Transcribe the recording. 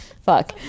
fuck